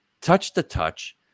touch-to-touch